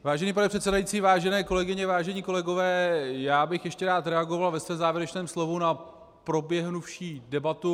Vážený pane předsedající, vážené kolegyně, vážení kolegové, já bych ještě rád reagoval ve svém závěrečném slovu na proběhnuvší debatu.